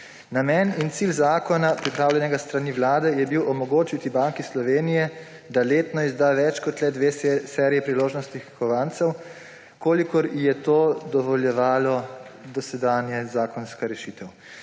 Namen in cilj zakona, pripravljenega s strani vlade, je bil omogočiti Banki Slovenije, da letno izda več kot le dve seriji priložnostnih kovancev, kolikor ji je to dovoljevala dosedanja zakonska rešitev.